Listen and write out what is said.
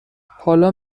حالا